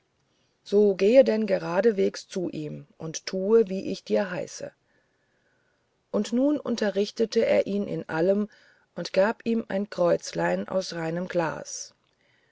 so gehe denn geraden weges zu ihm hin und tue wie ich dir heiße und nun unterrichtete er ihn in allem und gab ihm ein kreuzlein aus reinem glas